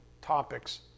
topics